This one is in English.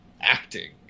acting